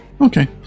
Okay